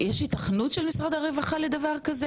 יש היתכנות של משרד הרווחה לדבר כזה?